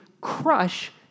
crush